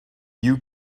you